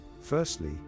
Firstly